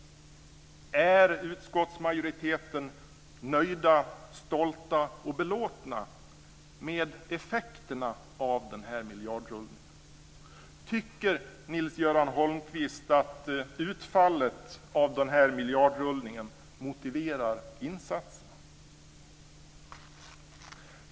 Är utskottsmajoriteten nöjd med, stolt över och belåten med effekterna av denna miljardrullning? Tycker Nils-Göran Holmqvist att utfallet av denna miljardrullning motiverar insatserna?